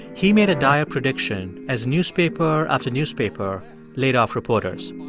he made a dire prediction, as newspaper after newspaper laid off reporters.